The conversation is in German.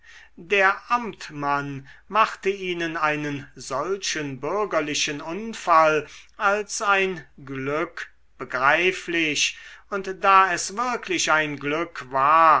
der amtmann machte ihnen einen solchen bürgerlichen unfall als ein glück begreiflich und da es wirklich ein glück war